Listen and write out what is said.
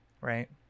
right